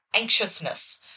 anxiousness